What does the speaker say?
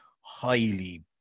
highly